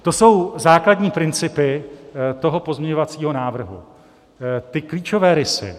To jsou základní principy pozměňovacího návrhu, ty klíčové rysy.